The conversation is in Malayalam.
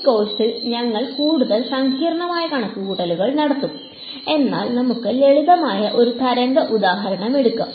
ഈ കോഴ്സിൽ ഞങ്ങൾ കൂടുതൽ സങ്കീർണ്ണമായ കണക്കുകൂട്ടലുകൾ നടത്തും എന്നാൽ നമുക്ക് ലളിതമായ ഒരു തരംഗ ഉദാഹരണം എടുക്കാം